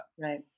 Right